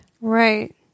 Right